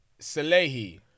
Salehi